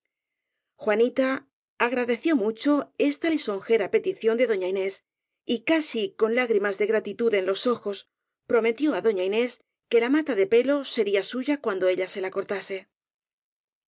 juanita agradeció mucho está lisonjera petición de doña inés y casi con lágrimas de gratitud en los ojos prometió á doña inés que la mata de pelo sería suya cuando ella se la cortase